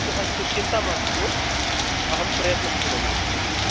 अस्तु चिन्ता मास्तु अहं प्रयत्नं करोमि तर्हि